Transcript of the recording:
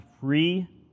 free